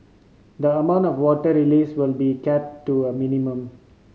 the amount of water release will be kept to a minimum